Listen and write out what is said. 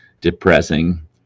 depressing